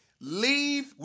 Leave